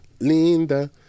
Linda